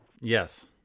Yes